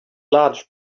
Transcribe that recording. large